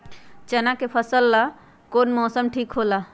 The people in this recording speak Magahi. चाना के फसल ला कौन मौसम ठीक होला?